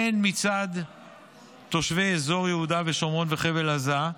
מצד תושבי אזור יהודה ושומרון וחבל עזה,